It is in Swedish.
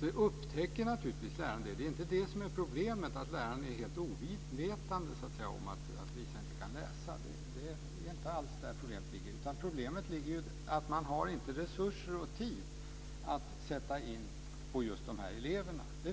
Naturligtvis upptäcker läraren det. Problemet är inte att läraren är helt ovetande om att Lisa inte kan läsa. Det är inte alls där problemet ligger. Problemet är att man inte har resurser och tid att sätta in på de här eleverna.